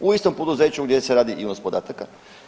U istom poduzeću gdje se radi i unos podataka.